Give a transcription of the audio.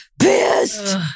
pissed